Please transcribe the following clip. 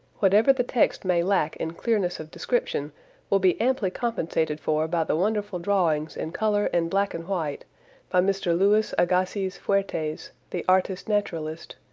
whatever the text may lack in clearness of description will be amply compensated for by the wonderful drawings in color and black-an-white by mr. louis agassiz fuertes, the artist-naturalist,